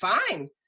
fine